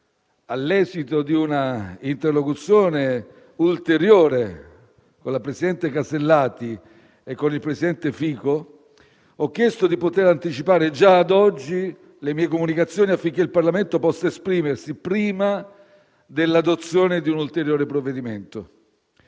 all'esito di un'interlocuzione ulteriore con il presidente Alberti Casellati e con il presidente Fico, ho chiesto di poter anticipare già ad oggi le mie comunicazioni affinché il Parlamento possa esprimersi prima dell'adozione di un ulteriore provvedimento.